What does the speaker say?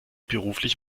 beruflich